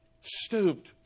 stooped